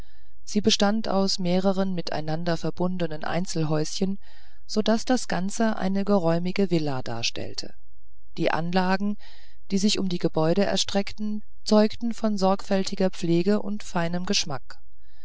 sie bestand aus mehreren miteinander verbundenen einzelhäuschen so daß das ganze eine geräumige villa darstellte die anlagen die sich um die gebäude erstreckten zeugten von sorgfältiger pflege und feinem geschmack